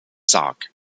sarg